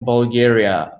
bulgaria